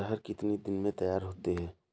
अरहर कितनी दिन में तैयार होती है?